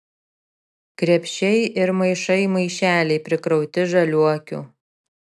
krepšiai ir maišai maišeliai prikrauti žaliuokių